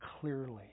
clearly